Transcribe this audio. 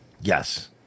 yes